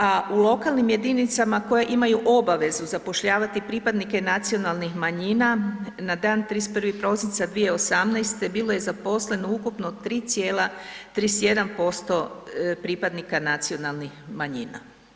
A u lokalnim jedinicama koje imaju obavezu zapošljavati pripadnike nacionalnih manjina na dan 31. prosinca 2018. bilo je zaposleno ukupno 3,31% pripadnika nacionalnih manjina.